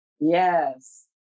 Yes